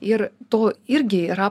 ir to irgi yra